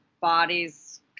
bodies